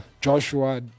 Joshua